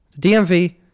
DMV